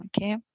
Okay